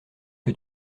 que